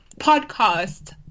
podcast